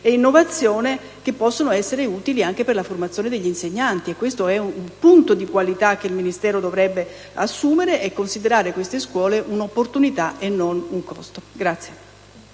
e innovazione che possono essere utili anche per la formazione degli insegnanti. È un elemento di qualità che il Ministero dovrebbe valutare, considerando queste scuole un'opportunità e non un costo.